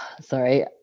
sorry